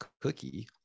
cookie